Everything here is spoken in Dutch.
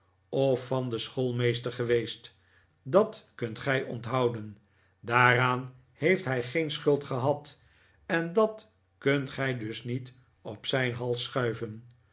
of van den schoolmeester geweest dat kunt gij onthouden daaraan heeft hij geen schuld gehad en dat kunt gij dus niet op zijn hals schuiven